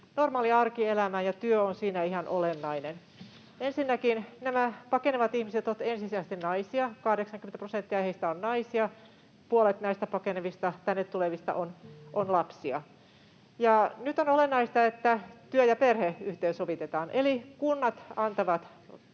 normaaliin arkielämään — ja työ on siinä ihan olennainen asia. Ensinnäkin nämä pakenevat ihmiset ovat ensisijaisesti naisia — 80 prosenttia heistä on naisia. Puolet näistä pakenevista tänne tulevista on lapsia. Nyt on olennaista, että työ ja perhe yhteensovitetaan eli kunnat antavat